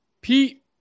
Pete